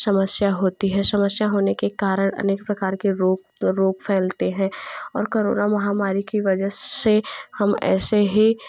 समस्या होती है समस्या होने के कारण अनेक प्रकार के रोग रोग फैलते हैं और करोना महामारी की वजह से हम ऐसे ही